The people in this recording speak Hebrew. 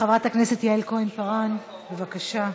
חברת הכנסת יעל כהן-פארן, בבקשה.